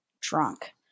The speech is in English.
drunk